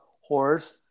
horse